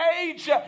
age